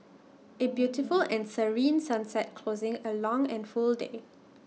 A beautiful and serene sunset closing A long and full day